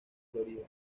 florida